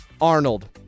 Arnold